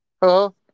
Hello